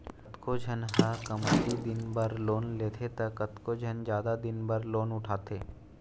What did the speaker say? कतको झन ह कमती दिन बर लोन लेथे त कतको झन जादा दिन बर लोन उठाथे